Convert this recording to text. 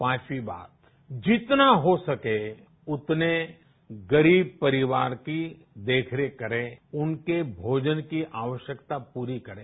पाचवी बात जितना हो सके उतने गरीब परिवार की देखरेख करे उनकी भोजन की आवश्यकता परी करे